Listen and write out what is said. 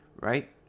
Right